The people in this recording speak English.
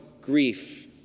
grief